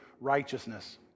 righteousness